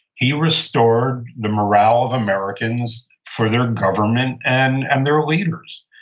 he restored the morale of americans for their government and and their leaders.